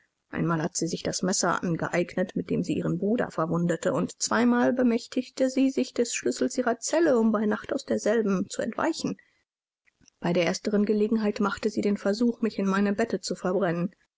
einmal hat sie sich das messer angeeignet mit dem sie ihren bruder verwundete und zweimal bemächtigte sie sich des schlüssels ihrer zelle um bei nacht aus derselben zu entweichen bei der ersteren gelegenheit machte sie den versuch mich in meinem bette zu verbrennen